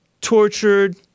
tortured